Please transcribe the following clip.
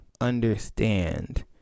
understand